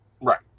Right